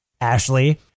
Ashley